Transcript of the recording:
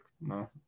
no